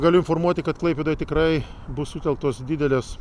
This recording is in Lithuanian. galiu informuoti kad klaipėdoje tikrai bus sutelktos didelės